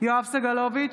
יואב סגלוביץ'